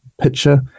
picture